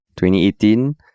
2018